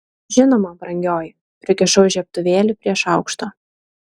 žinoma brangioji prikišau žiebtuvėlį prie šaukšto